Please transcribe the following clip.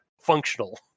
functional